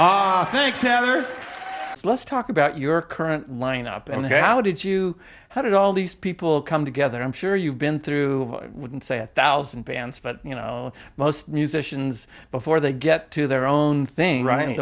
however let's talk about your current lineup and how did you how did all these people come together i'm sure you've been through wouldn't say a thousand bands but you know most musicians before they get to their own thing r